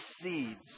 seeds